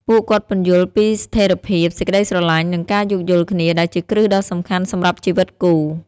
ពួកគាត់ពន្យល់ ពីស្ថិរភាព សេចក្ដីស្រឡាញ់ និងការយោគយល់គ្នា ដែលជាគ្រឹះដ៏សំខាន់សម្រាប់ជីវិតគូ។